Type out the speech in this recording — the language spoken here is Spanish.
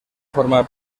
formar